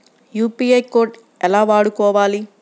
UPI code ఎలా వాడుకోవాలి?